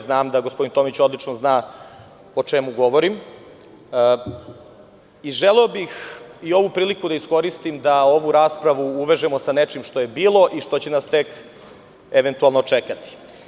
Znam da gospodin Tomić odlično zna o čemu govorim i želeo bih ovu priliku da iskoristim da ovu raspravu uvežemo sa nečim što je bilo i sa nečim što nas tek eventualno čeka.